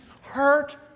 Hurt